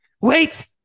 Wait